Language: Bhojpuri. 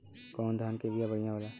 कौन धान के बिया बढ़ियां होला?